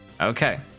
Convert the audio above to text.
Okay